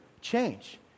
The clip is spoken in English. change